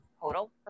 total